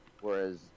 Whereas